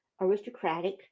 aristocratic